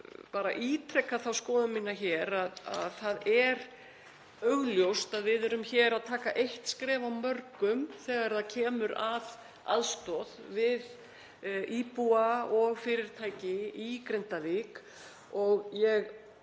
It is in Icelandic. bara ítreka þá skoðun mína að það er augljóst að við erum hér að taka eitt skref af mörgum þegar kemur að aðstoð við íbúa og fyrirtæki í Grindavík.